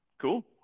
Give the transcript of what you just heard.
cool